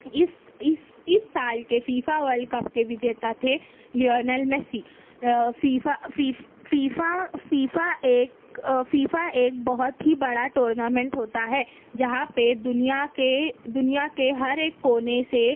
اس اس اس سال کے فیفا ورلڈ کپ کے وجیتا تھے Lionel Messi FIFA FIFA FIFA ایک فیفا ایک بہت ہی بڑا ٹورنامنٹ ہوتا ہے جہاں پہ دنیا کے دنیا کے ہر ایک کونے سے